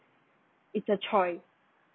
it's a choice